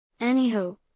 Anywho